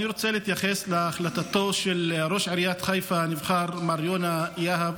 אני רוצה להתייחס להחלטתו של ראש עיריית חיפה הנבחר מר יונה יהב